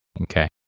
okay